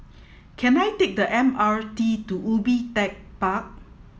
can I take the M R T to Ubi Tech Park